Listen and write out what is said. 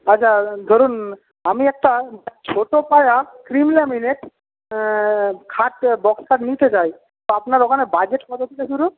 আচ্ছা ধরুন আমি একটা ছোটো পায়া ক্রিম ল্যামিনেট খাট বক্স খাট নিতে চাই তা আপনার ওখানে বাজেট কত থেকে শুরু